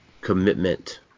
commitment